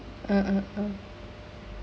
mm mm